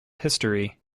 history